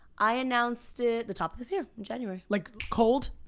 i announced it, the top of this year, in january. like cold?